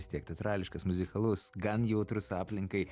vis tiek teatrališkas muzikalus gan jautrus aplinkai